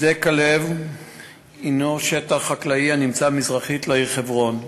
שדה-כלב הוא שטח חקלאי הנמצא מזרחית לעיר חברון,